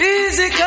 Easy